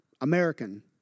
American